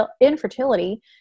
infertility